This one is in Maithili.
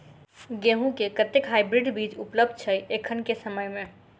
गेंहूँ केँ कतेक हाइब्रिड बीज उपलब्ध छै एखन केँ समय मे?